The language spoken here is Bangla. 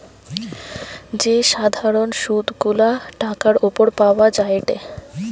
যে সাধারণ সুধ গুলা টাকার উপর পাওয়া যায়টে